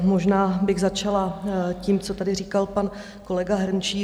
Možná bych začala tím, co tady říkal pan kolega Hrnčíř.